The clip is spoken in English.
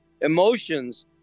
emotions